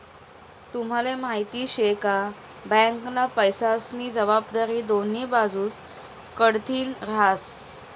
तुम्हले माहिती शे का? बँकना पैसास्नी जबाबदारी दोन्ही बाजूस कडथीन हास